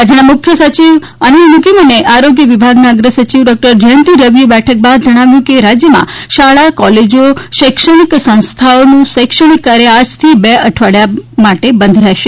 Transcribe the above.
રાજ્યના મુખ્ય સચિવ અનિલ મુકીમ અને આરોગ્ય વિભાગના અગ્ર સચિવ ડોકટર જયંતીરવિએ બેઠક બાદ જણાવ્યું હતું કે રાજયમાં શાળા કોલેજો શૈક્ષણિક સંસ્થાઓમાં શૈક્ષણિક કાર્ય આજથી બે અઠવાડીયા માટે બંધ રહેશે